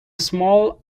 small